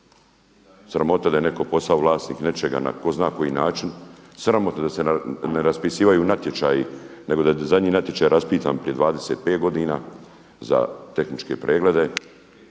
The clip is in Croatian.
sramota je da je netko postao vlasnik nečega na tko zna koji način, sramotno je da se ne raspisuju natječaji nego da je zadnji natječaj raspisan prije 25 godina za tehničke preglede,